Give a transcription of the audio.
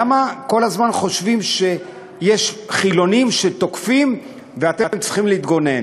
למה כל הזמן חושבים שיש חילונים שתוקפים ואתם צריכים להתגונן?